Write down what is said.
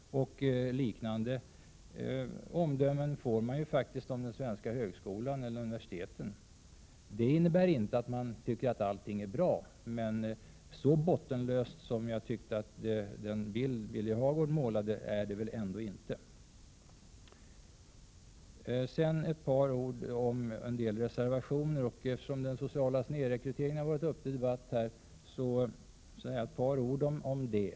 Liknande omdömen får man faktiskt om den svenska högskolan och de svenska universiteten. Det innebär ju inte att man tycker att allting är bra, men fullt så bottenlöst som den bild Birger Hagård målade är det väl ändå inte? Så några ord om en del reservationer. Eftersom den sociala snedrekryteringen har varit uppe till debatt här, vill jag säga några ord om detta.